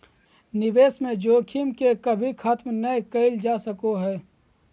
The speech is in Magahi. निवेश में जोखिम के कभी खत्म नय कइल जा सको हइ